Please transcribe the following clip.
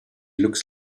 looks